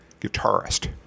guitarist